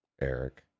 eric